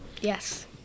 Yes